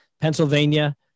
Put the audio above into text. Pennsylvania